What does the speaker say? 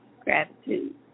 gratitude